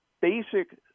basic